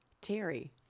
Terry